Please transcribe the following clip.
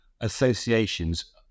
associations